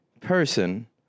person